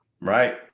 Right